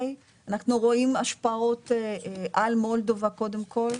אנחנו רואים השפעות על מולדובה קודם כל,